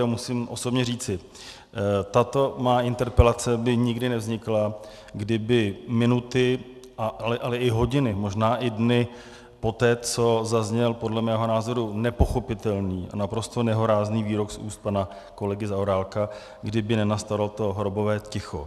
A musím osobně říci, tato má interpelace by nikdy nevznikla, kdyby minuty, ale i hodiny, možná i dny poté, co zazněl podle mého názoru nepochopitelný, naprosto nehorázný výrok z úst pana kolegy Zaorálka, kdyby nenastalo to hrobové ticho.